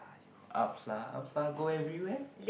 ups lah ups lah go everywhere